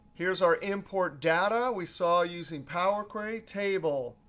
here's our import data we saw using power query table.